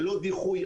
ללא דיחוי,